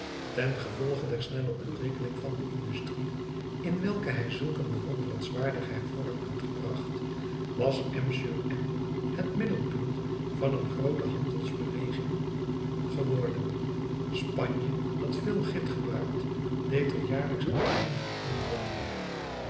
tengevolge der snelle ontwikkeling van de industrie in welke hij zulk een bewonderenswaardige hervorming had gebracht was m sur m het middelpunt van een groote handelsbeweging geworden spanje dat veel git gebruikt deed er jaarlijks aanzienlijke inkoopen